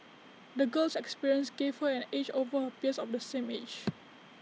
the girl's experiences gave her an edge over her peers of the same age